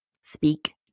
Speak